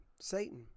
Satan